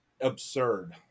absurd